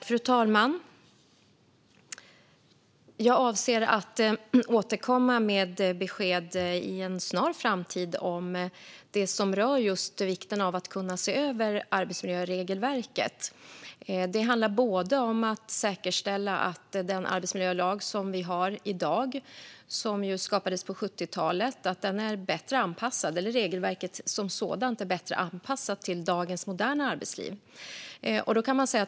Fru talman! Jag avser att återkomma med besked i en snar framtid om det som rör vikten av att kunna se över arbetsmiljöregelverket. Det handlar både om att säkerställa att den arbetsmiljölag som vi har i dag, som ju skapades på 70-talet, och regelverket som sådant är bättre anpassade till dagens moderna arbetsliv.